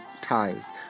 ties